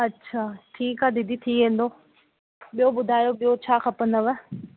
अच्छा ठीकु आहे दीदी थी वेंदो ॿियो ॿुधायो ॿियो छा खपंदव